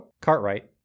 Cartwright